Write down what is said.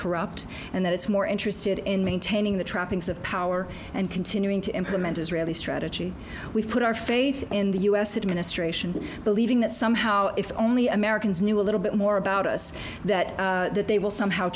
corrupt and that it's more interested in maintaining the trappings of power and continuing to implement israeli strategy we've put our faith in the u s administration believing that somehow if only americans knew a little bit more about us that that they will somehow